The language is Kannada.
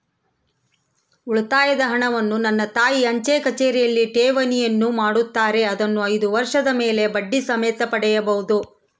ಉಳಿತಾಯದ ಹಣವನ್ನು ನನ್ನ ತಾಯಿ ಅಂಚೆಕಚೇರಿಯಲ್ಲಿ ಠೇವಣಿಯನ್ನು ಮಾಡುತ್ತಾರೆ, ಅದನ್ನು ಐದು ವರ್ಷದ ಮೇಲೆ ಬಡ್ಡಿ ಸಮೇತ ಪಡೆಯಬಹುದು